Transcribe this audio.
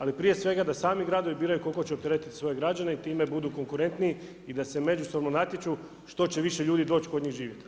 Ali prije svega da sami gradovi biraju koliko će opteretiti svoje građane i time budu konkurentniji i da se međusobno natječu što će više ljudi doći kod njih živjeti.